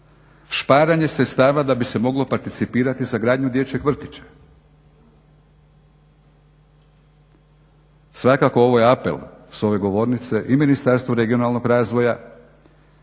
šparanje sredstava da bi se moglo participirati za gradnju dječjeg vrtića? Svakako ovo je apel s ove govornice i Ministarstvu regionalnog razvoja